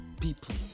people